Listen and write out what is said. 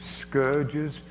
scourges